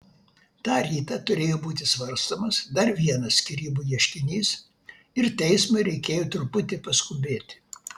tą rytą turėjo būti svarstomas dar vienas skyrybų ieškinys ir teismui reikėjo truputį paskubėti